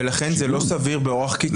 ולכן זה לא סביר באורח קיצוני.